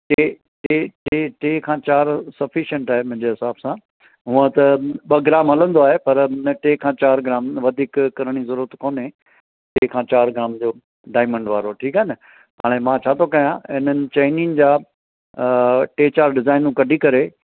टे टे टे टे खां चारि सफिशंट आहे मुंहिंजे हिसाब सां हूअं त ॿ ग्राम हलंदो आहे पर न टे खां चारि ग्राम वधीक करण जी ज़रूरत कोन्हे टे खां चारि ग्राम जो डायमंड वारो ठीकु आहे न हाणे मां छा थो कयां हिननि चेनिन जा टे चारि डिज़ाइनूं कढी करे